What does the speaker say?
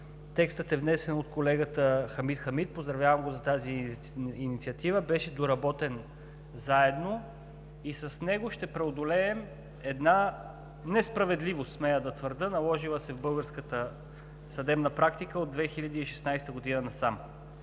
Текстът е внесен от колегата Хамид Хамид – поздравявам го за тази инициатива. Беше доработен заедно и с него ще преодолеем една несправедливост, смея да твърдя, наложила се в българската съдебна практика от 2016 г. насам.